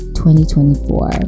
2024